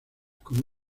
con